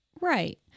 Right